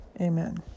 amen